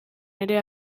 ere